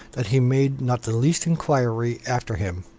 that he made not the least enquiry after him.